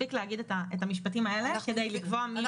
שמספיק להגיד את המשפטים האלה כדי לקבוע מי